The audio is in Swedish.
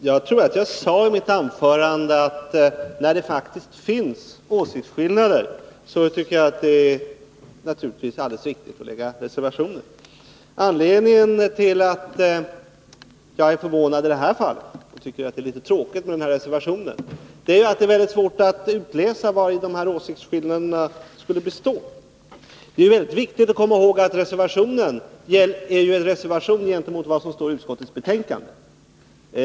Herr talman! Jag sade väl i mitt huvudanförande att när det faktiskt finns åsiktsskillnader är det alldeles riktigt att avge reservationer. Anledningen till att jag är förvånad i det här fallet och tycker att det är tråkigt att vi har fått den här reservationen är att det är svårt att utläsa åsiktsskillnaderna. Det är väldigt viktigt att komma ihåg att reservationen är en reservation gentemot utskottsmajoritetens förslag i betänkandet.